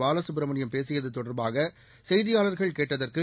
பாலசுப்பிரமணியம் பேசியது தொடர்பாக செய்தியாளர்கள் கேட்டதற்கு